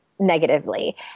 negatively